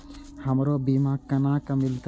हमरो बीमा केना मिलते?